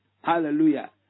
hallelujah